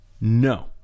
No